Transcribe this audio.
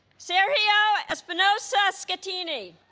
sergio espinosa so schettini